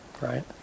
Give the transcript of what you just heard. right